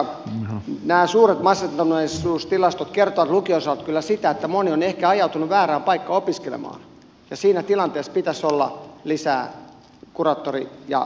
nämä suuret masentuneisuustilastot kertovat lukion osalta kyllä sitä että moni on ehkä ajautunut väärään paikkaan opiskelemaan ja siinä tilanteessa pitäisi olla lisää kuraattoreja ja opinto ohjausta